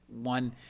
one